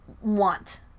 want